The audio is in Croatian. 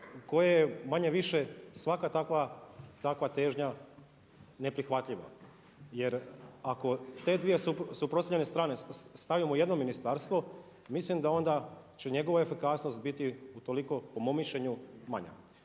koje manje-više svaka takva težnja je neprihvatljiva. Jer ako te dvije suprotstavljene strane stavimo u jedno ministarstvo mislim da onda će njegova efikasnost biti u toliko po mom mišljenju manja.